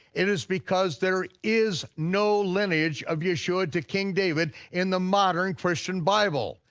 it is because there is no lineage of yeshua to king david in the modern christian bible.